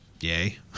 Yay